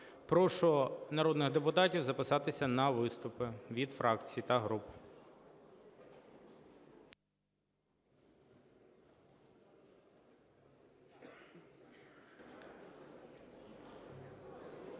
Прошу народних депутатів записатися на виступи від фракцій та груп.